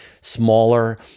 smaller